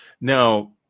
Now